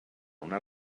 una